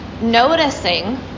noticing